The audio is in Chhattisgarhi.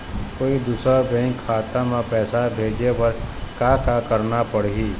कोई दूसर बैंक खाता म पैसा भेजे बर का का करना पड़ही?